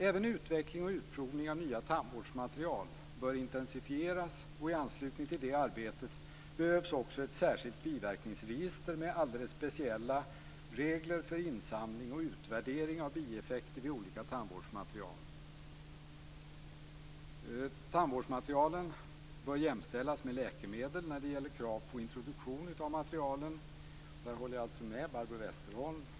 Även utveckling och utprovning av nya tandvårdsmaterial bör intensifieras, och i anslutning till det arbetet behövs också ett särskilt biverkningsregister med alldeles speciella regler för insamling och utvärdering av bieffekter vid olika tandvårdsmaterial. Tandvårdsmaterialen bör jämställas med läkemedel när det gäller krav på introduktion av materialen. Där håller jag alltså fullständigt med Barbro Westerholm.